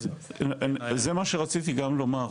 זה מה שרציתי גם לומר.